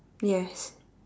yes